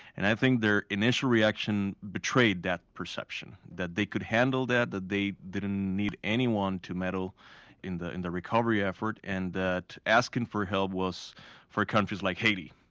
and i think their initial reaction betrayed that perception, that they could handle that, that they didn't need anyone to meddle in the in the recovery effort and that asking for help was for countries like haiti,